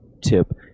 tip